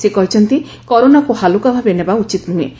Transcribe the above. ସେ କହିଛନ୍ତି କରୋନାକୁ ହାଲୁକା ଭାବେ ନେବା ଉଚିତ୍ ନୁହେଁ